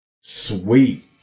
sweet